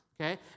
okay